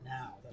now